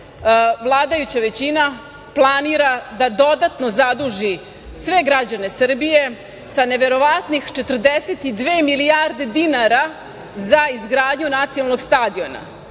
vladajuća većina planira da dodatno zaduži sve građane Srbije sa neverovatnih 42 milijarde dinara za izgradnju nacionalnog stadiona. Mi